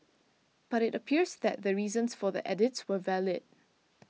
but it appears that the reasons for the edits were valid